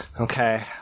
Okay